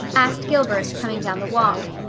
asked gilbert, coming down the walk.